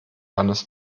hannes